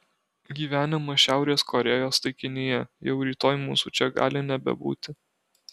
gyvenimas šiaurės korėjos taikinyje jau rytoj mūsų čia gali nebebūti